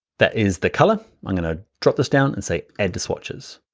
that is the color. i'm gonna drop this down and say add to swatches.